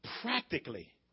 practically